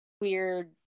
weird